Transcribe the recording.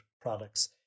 products